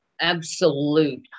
absolute